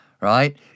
right